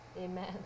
Amen